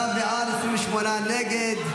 עשרה בעד, 28 נגד.